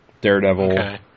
Daredevil